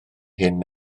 hyn